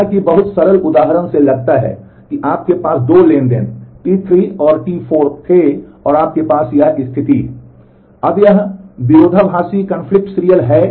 जैसा कि बहुत ही सरल उदाहरण से लगता है कि आपके पास दो ट्रांज़ैक्शन T3 और T4 थे और आपके पास यह स्थिति है